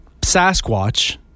Sasquatch